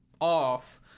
off